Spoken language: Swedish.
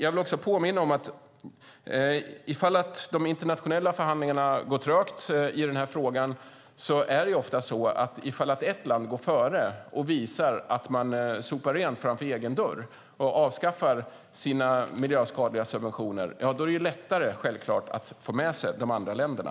Jag vill också påminna om att ifall de internationella förhandlingarna går trögt är det ofta så att om ett land går före och visar att man sopar rent framför egen dörr och avskaffar sina miljöskadliga subventioner är det självklart lättare att få med sig de andra länderna.